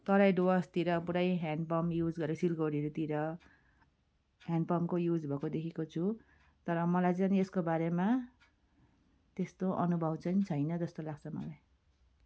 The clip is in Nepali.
तराई डुवर्सतिर पुरै हेन्ड पम्प युज गरे सिलगढीहरूतिर हेन्ड पम्पको युज भएको देखेको छु तर मलाई चाहिँ नि यसको बारेमा त्यस्तो अनुभव चाहिँ छैन जस्तो लाग्छ मलाई